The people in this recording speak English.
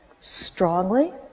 strongly